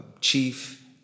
chief